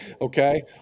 okay